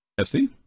fc